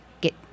get